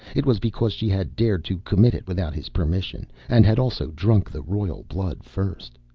it was because she had dared to commit it without his permission and had also drunk the royal blood first.